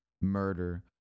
murder